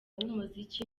b’umuziki